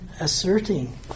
asserting